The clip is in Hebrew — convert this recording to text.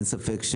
אין ספק,